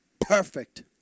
perfect